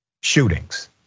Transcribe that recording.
shootings